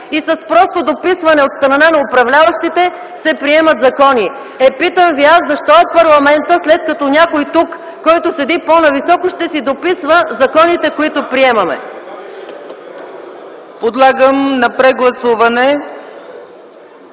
и с просто дописване от страна на управляващите се приемат закони. Е, питам Ви аз, защо е парламентът, след като някой тук, който седи по-нависоко, ще си дописва законите, които приемаме? ПРЕДСЕДАТЕЛ ЦЕЦКА